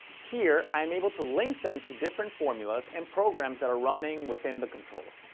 here, i'm able to link them to different formulas and programs that are running within the controller.